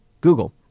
Google